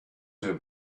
have